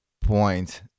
point